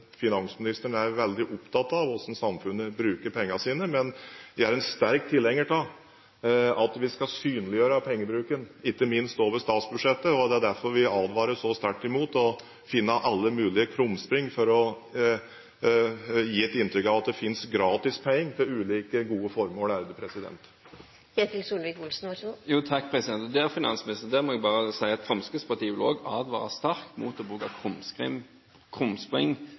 finansministeren er veldig opptatt av hvordan samfunnet bruker pengene sine, men jeg er en sterk tilhenger av at vi skal synliggjøre pengebruken, ikke minst over statsbudsjettet. Det er derfor vi advarer så sterkt mot å finne alle mulige krumspring for å gi et inntrykk av at det finnes gratispenger til ulike gode formål.